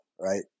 right